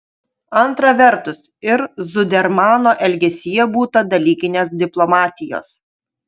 antra vertus ir zudermano elgesyje būta dalykinės diplomatijos